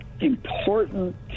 important